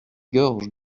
gorges